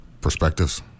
perspectives